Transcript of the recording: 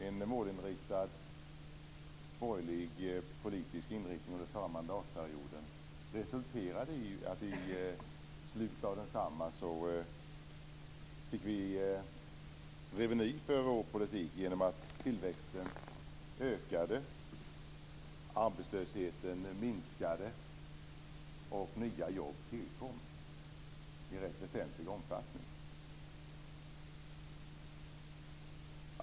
En målinriktad, borgerlig politisk inriktning under förra mandatperioden resulterade i att vi i slutet av densamma fick reveny av vår politik genom att tillväxten ökade, arbetslösheten minskade och nya jobb tillkom i en rätt väsentlig omfattning.